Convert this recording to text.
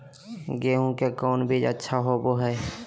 गेंहू के कौन बीज अच्छा होबो हाय?